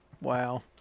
Wow